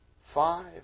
five